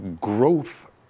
growth